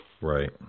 Right